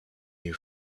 new